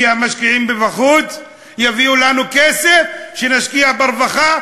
כי המשקיעים מבחוץ יביאו לנו כסף שנשקיע ברווחה,